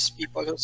people